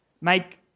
make